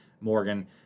Morgan